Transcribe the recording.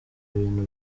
ibintu